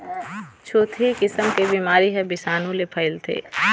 छुतही किसम के बिमारी ह बिसानु ले फइलथे